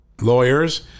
lawyers